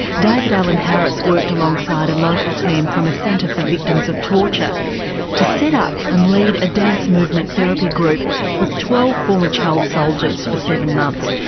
david alan harris worked alongside a local team from a centre for victims of torture to set up and lead a dance movement therapy group with twelve former child soldiers for seven months,